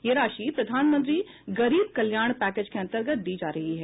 यह राशि प्रधानमंत्री गरीब कल्याण पैकेज के अन्तर्गत दी जा रही है